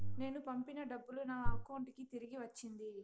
నేను పంపిన డబ్బులు నా అకౌంటు కి తిరిగి వచ్చింది